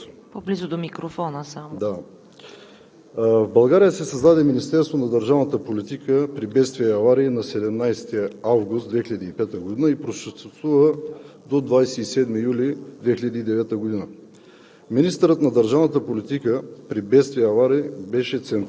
Бахтало тумаро Васили! Да пристъпим към нашия въпрос. В България се създаде Министерство на държавната политика при бедствия и аварии на 17 август 2005 г. и просъществува до 27 юли 2009 г.